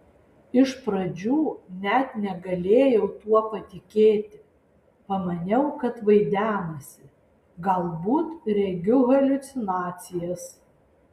iš pradžių net negalėjau tuo patikėti pamaniau kad vaidenasi galbūt regiu haliucinacijas